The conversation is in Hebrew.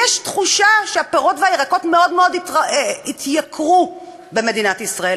כי יש תחושה שהפירות והירקות מאוד מאוד התייקרו במדינת ישראל.